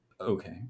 Okay